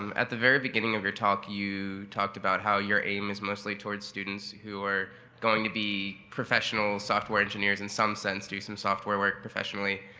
um at the very beginning of your talk, you talked about how your aim is mostly towards students who are going to be professional software engineers in some sense, do some software work professionally,